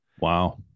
Wow